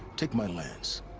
take my lance.